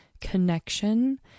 connection